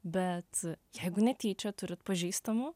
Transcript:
bet jeigu netyčia turit pažįstamų